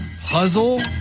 Puzzle